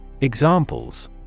Examples